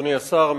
אדוני השר,